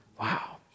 Wow